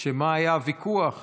לשם מה היה הוויכוח אם,